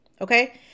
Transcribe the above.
Okay